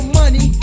money